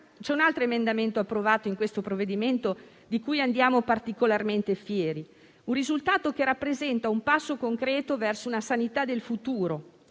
C'è un altro emendamento approvato in questo provvedimento di cui andiamo particolarmente fieri, un risultato che rappresenta un passo concreto verso una sanità del futuro: